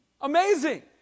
Amazing